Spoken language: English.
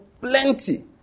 plenty